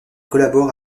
collabore